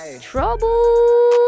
trouble